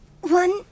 One